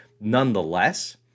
Nonetheless